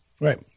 right